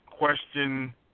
question